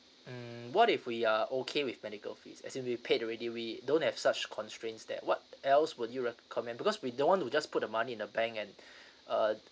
mm what if we are okay with medical fees as in we paid already we don't have such constraints that what else would you recommend because we don't want to just put the money in the bank and uh